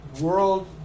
world